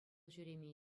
ҫӳреме